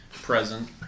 present